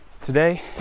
Today